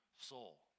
soul